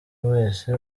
wese